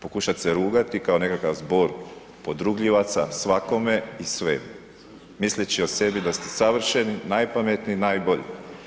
Pokušati se rugati kao nekakav zbor podrugljivaca svakome i svemu misleći o sebi da ste savršeni, najpametniji, najbolji.